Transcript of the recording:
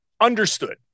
understood